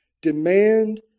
demand